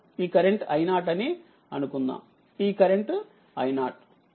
ఈ కరెంట్ i0అని అనుకుందాం ఈ కరెంట్i0